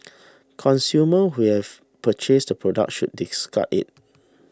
consumers who have purchased the product should discard it